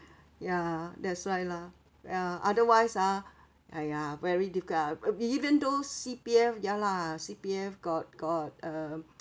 yeah that's why lah ya otherwise ah !aiya! very difficult ah e~ even those C_P_F ya lah C_P_F got got uh